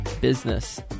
Business